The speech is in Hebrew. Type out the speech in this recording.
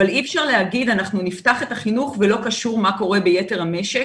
אבל אי אפשר להגיד שאנחנו נפתח את החינוך ולא קשור מה קורה ביתר המשק